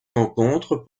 rencontres